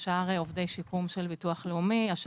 כאשר מיד מגיעים עובדי שיקום של ביטוח לאומי ומיד